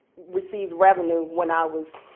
received revenue when i was